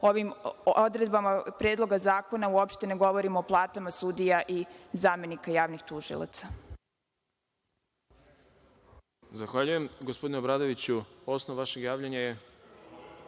ovim odredbama Predloga zakona uopšte ne govorimo o platama sudija i zamenika javnih tužilaca. **Đorđe Milićević** Zahvaljujem. Gospodine Obradoviću, osnov vašeg javljanja je